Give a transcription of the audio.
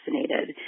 vaccinated